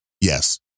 Yes